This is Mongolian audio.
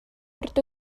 урьд